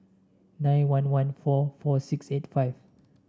nine one one four four six eight five